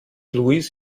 louis